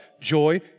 joy